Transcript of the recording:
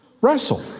wrestle